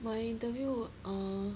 my interview err